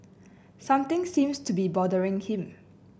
something seems to be bothering him